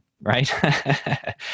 right